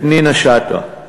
פנינה שטה.